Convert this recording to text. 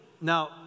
Now